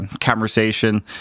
conversation